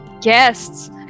guests